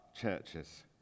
churches